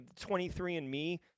23andme